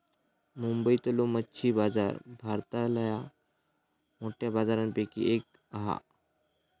मुंबईतलो मच्छी बाजार भारतातल्या मोठ्या बाजारांपैकी एक हा